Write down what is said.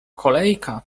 kolejka